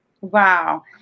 Wow